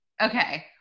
Okay